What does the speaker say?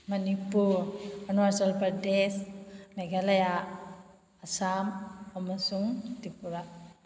ꯃꯅꯤꯄꯨꯔ ꯑꯔꯨꯅꯥꯆꯜ ꯄ꯭ꯔꯗꯦꯁ ꯃꯦꯒꯥꯂꯌꯥ ꯑꯁꯥꯝ ꯑꯃꯁꯨꯡ ꯇ꯭ꯔꯤꯄꯨꯔꯥ